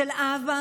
של אבא